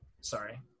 sorry